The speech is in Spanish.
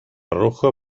arroja